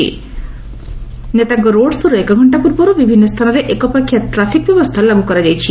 ଉଭୟ ନେତାଙ୍କ ରୋଡ୍ ଶୋ'ର ଏକଘଣ୍କା ପୂର୍ବର୍ ବିଭିନ୍ନ ସ୍ଚାନରେ ଏକପାଖୁଆ ଟ୍ରାଫିକ୍ ବ୍ୟବସ୍ଚା ଲାଗୁ କରାଯାଇଛି